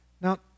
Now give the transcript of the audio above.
Now